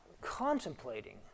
contemplating